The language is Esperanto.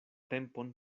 tempon